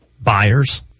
buyers